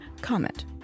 Comment